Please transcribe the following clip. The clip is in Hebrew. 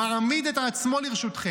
מעמיד את עצמו לרשותכם.